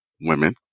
women